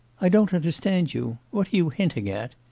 i don't understand you. what are you hinting at?